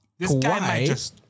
Kawhi